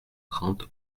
trente